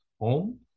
home